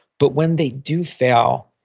but when they do fail,